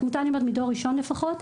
התמותה מדור ראשון לפחות,